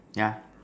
yeah